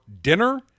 dinner